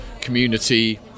community